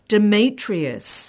Demetrius